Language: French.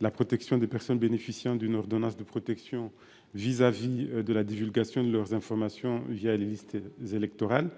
les préoccupations des personnes bénéficiant d’une ordonnance de protection quant à la divulgation de leurs informations personnelles les listes électorales.